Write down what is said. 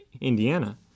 Indiana